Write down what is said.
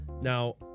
Now